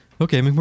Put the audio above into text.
okay